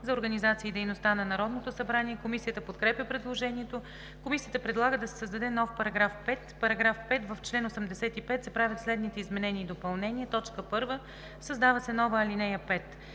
за организацията и дейността на Народното събрание. Комисията подкрепя предложението. Комисията предлага да се създаде нов § 3: „§ 3. В чл. 70 се правят следните изменения и допълнения: 1. Създава се нова ал. 5: